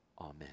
Amen